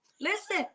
Listen